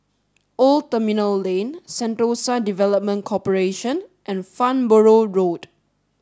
Old Terminal Lane Sentosa Development Corporation and Farnborough Road